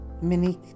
mini